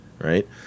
Right